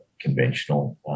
conventional